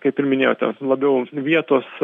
kaip ir minėjote labiau vietos